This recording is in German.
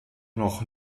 noch